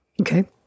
Okay